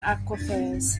aquifers